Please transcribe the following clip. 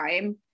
time